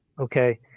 Okay